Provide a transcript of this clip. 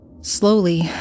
Slowly